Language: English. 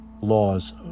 laws